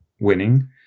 winning